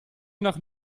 nach